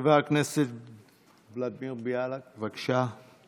חבר הכנסת ולדימיר בליאק, בבקשה.